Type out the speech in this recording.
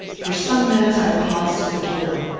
for some minutes i paused at the door.